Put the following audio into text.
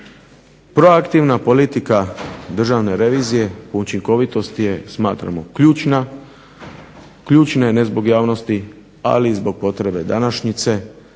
Proaktivna politika Državne revizije u učinkovitosti je smatramo ključna, ključna je ne zbog javnosti, ali i zbog potrebe današnjice